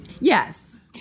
Yes